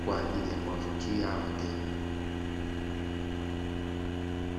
kwa ajili ya kuwavutia wateja.